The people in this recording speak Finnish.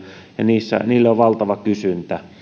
ja niille on valtava kysyntä